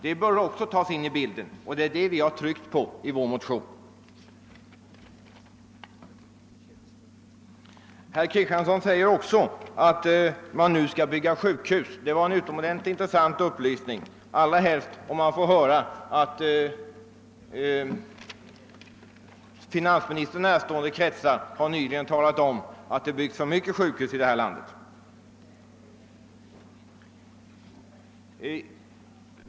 Det bör också tas med i bilden, och det är det vi har tryckt på i vår motion. Herr Kristenson säger också att man nu skall bygga sjukhus. Det var en utomordentligt intressant upplysning, särskilt som man får höra, att finansministern närstående kretsar nyligen har talat om att det byggs för mycket sjukhus i detta land.